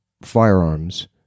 firearms